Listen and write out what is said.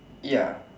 ya